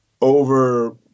over